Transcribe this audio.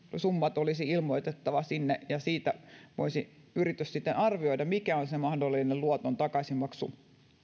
summat olisi ilmoitettava sinne ja siitä voisi yritys sitten arvioida mikä on se mahdollinen kyky luoton takaisinmaksuun